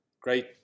Great